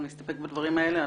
אנחנו נסתפק בדברים האלה.